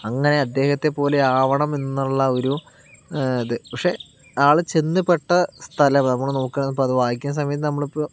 അങ്ങനെ അദ്ദേഹത്തെ പോലെ ആകണം എന്നുള്ള ഒരു ഇത് പക്ഷെ ആൾ ചെന്നു പെട്ട സ്ഥലം നമ്മൾ നോക്കുവാണെ ഇപ്പം അത് വായിക്കുന്ന സമയം നമ്മൾ ഇപ്പോൾ